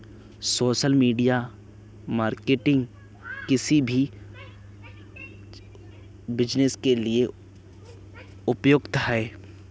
social media marketing किसी भी business के लिए उपयुक्त है